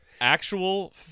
actual